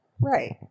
Right